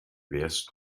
wärst